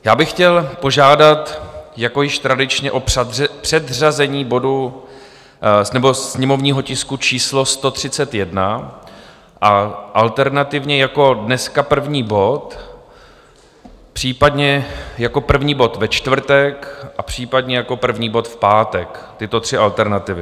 Já bych chtěl požádat jako již tradičně o předřazení sněmovního tisku číslo 131, alternativně jako dneska první bod, případně jako první bod ve čtvrtek a případně jako první bod v pátek, tyto tři alternativy.